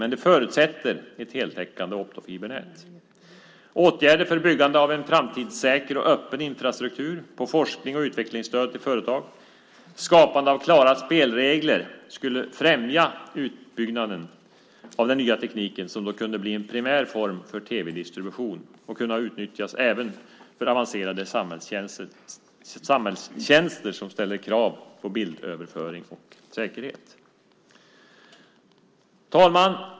Men det förutsätter ett heltäckande optofibernät. Åtgärder för byggande av en framtidssäker och öppen infrastruktur, forsknings och utvecklingsstöd till företag och skapande av klara spelregler skulle främja utbyggnaden av den nya tekniken. Den kan då bli en primär form för tv-distribution och kunna utnyttjas även för avancerade samhällstjänster som ställer krav på bildöverföring och säkerhet. Fru talman!